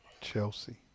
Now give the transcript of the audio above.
Chelsea